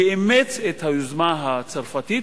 שאימץ את היוזמה הצרפתית,